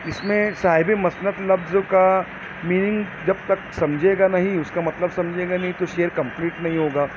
اس میں صاحبِ مسند لفظ کا میننگ جب تک سمجھے گا نہیں اس کا مطلب سمجھے گا نہیں تو شعر کمپلیٹ نہیں ہوگا